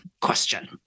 question